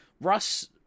Russ